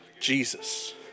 Jesus